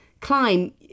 climb